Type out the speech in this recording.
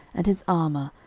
and his armour,